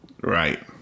Right